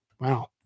Wow